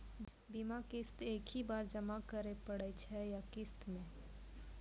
बीमा किस्त एक ही बार जमा करें पड़ै छै या किस्त मे?